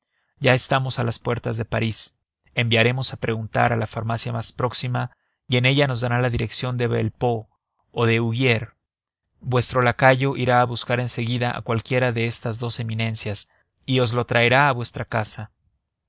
ya estamos a las puertas de parís enviaremos a preguntar a la farmacia más próxima y en ella nos darán la dirección de velpeau o de huguier vuestro lacayo irá a buscar en seguida a cualquiera de estas dos eminencias y os lo traerá a vuestra casa